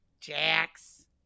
Jax